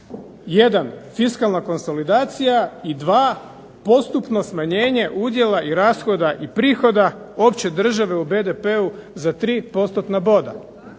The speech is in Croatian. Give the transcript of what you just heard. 1) fiskalna konsolidacija i 2) postupno smanjenje udjela i rashoda i prihoda opće države u BDP-u za 3 postotna boda.